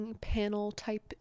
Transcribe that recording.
panel-type